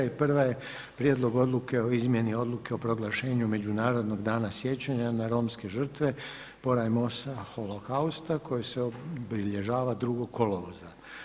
I prva je: - Prijedlog odluke o izmjeni odluke o proglašenju Međunarodnog dana sjećanja na romske žrtve Porajmosa, holokausta koji se obilježava 2. kolovoza.